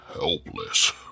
helpless